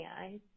eyes